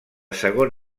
segon